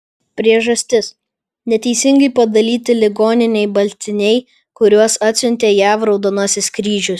priežastis neteisingai padalyti ligoninei baltiniai kuriuos atsiuntė jav raudonasis kryžius